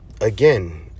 again